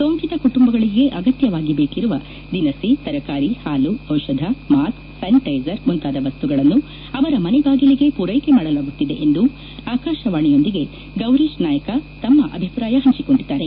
ಸೋಂಕಿತ ಕುಟುಂಬಗಳಿಗೆ ಅಗತ್ಯವಾಗಿ ಬೇಕಿರುವ ದಿನಸಿ ತರಕಾರಿ ಹಾಲು ಔಷಧ ಮಾಸ್ಕ್ ಸ್ಯಾನಿಟೈಸರ್ ಮುಂತಾದ ವಸ್ತುಗಳನ್ನು ಅವರ ಮನೆ ಬಾಗಿಲಿಗೇ ಪೂರೈಕೆ ಮಾಡಲಾಗುತ್ತಿದೆ ಎಂದು ಆಕಾಶವಾಣಿಯೊಂದಿಗೆ ಗೌರೀಶ್ ನಾಯ್ಕ ತಮ್ಮ ಅಭಿಪ್ರಾಯ ಹಂಚಿಕೊಂಡಿದ್ದಾರೆ